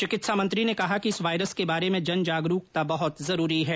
चिकित्सा मंत्री ने कहा कि इस वायरस के बारे में जनजागरूकता बहत जरूरी है